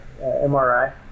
MRI